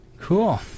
cool